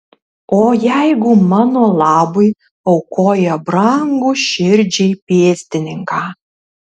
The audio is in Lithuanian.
o jeigu mano labui aukoja brangų širdžiai pėstininką